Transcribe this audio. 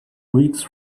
weeks